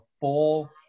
full